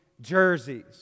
jerseys